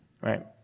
right